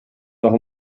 noch